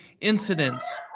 incidents